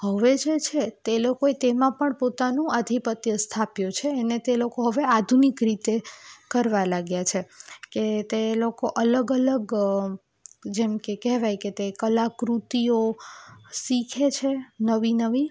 હવે જે છે તે લોકોએ તેમાં પણ પોતાનું આધિપત્ય સ્થાપ્યું છે અને તે લોકો હવે આધુનિક રીતે કરવા લાગ્યા છે કે તે લોકો અલગ અલગ જેમ કે કહેવાય કે તે કલાકૃતિઓ શીખે છે નવી નવી